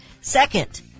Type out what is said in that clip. Second